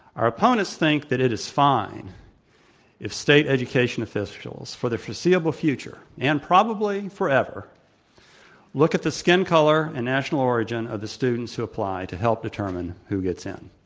ah ur opponents think that it is fine if state education officials, for the foreseeable future and probably forever look at the skin color and national origin of the students who apply to help d etermine who gets in.